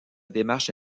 démarche